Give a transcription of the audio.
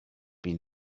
been